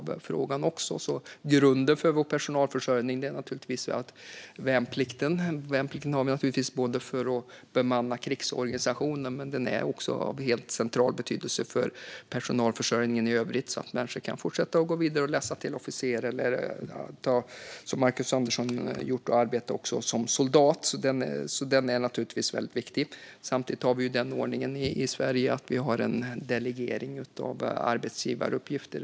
Grunden för vår personalförsörjning är värnplikten. Den är naturligtvis till för att bemanna krigsorganisationen, och den är också av helt central betydelse för personalförsörjningen i övrigt. Människor ska kunna fortsätta och gå vidare till att läsa till officer eller, precis som Marcus Andersson har gjort, till att arbeta som soldat. Det är viktigt. Samtidigt har vi den ordningen i Sverige att det finns en delegering av arbetsgivaruppgifter.